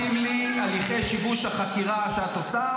לא מתאים לי שיבוש הליכי החקירה שאת עושה,